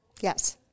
Yes